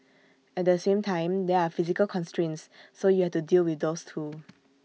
at the same time there are physical constraints so you have to deal with those too